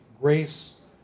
grace